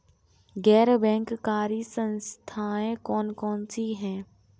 गैर बैंककारी संस्थाएँ कौन कौन सी हैं?